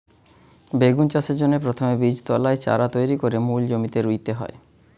বেগুন চাষের জন্যে প্রথমে বীজতলায় চারা তৈরি কোরে মূল জমিতে রুইতে হয়